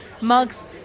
mugs